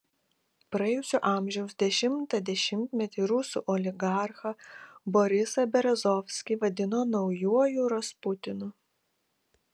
praėjusio amžiaus dešimtą dešimtmetį rusų oligarchą borisą berezovskį vadino naujuoju rasputinu